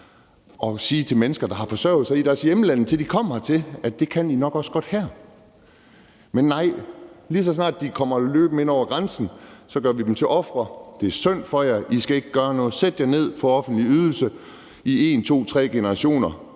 og sige til mennesker, der har forsørget sig i deres hjemlande, indtil de kom hertil, at det kan de nok også godt her. Men nej, lige så snart de kommer løbende ind over grænsen, gør vi dem til ofre: Det er synd for jer, I skal ikke gøre noget, sæt jer ned og få en offentlig ydelse i en, to og tre generationer,